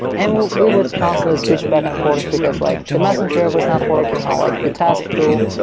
and we would constantly switch back and forth, because like the messenger was not working, all like the task tool.